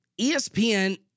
ESPN